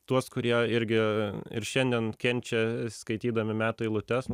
tuos kurie irgi ir šiandien kenčia skaitydami metų eilutes